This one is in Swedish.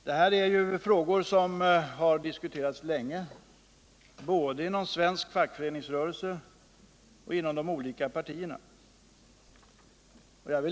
Detta är frågor som har diskuterats länge både inom svensk fackföreningsrörelse och inom de olika partierna.